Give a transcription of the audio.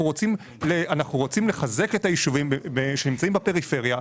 אנחנו רוצים לחזק את היישובים שנמצאים בפריפריה,